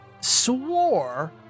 swore